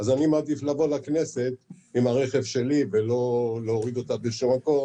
אז אני מעדיף לבוא לכנסת עם הרכב שלי ולא להוריד אותו באיזשהו מקום